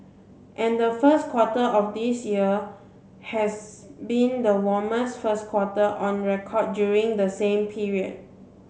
and the first quarter of this year has been the warmest first quarter on record during the same period